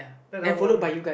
then I walk only